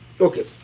Okay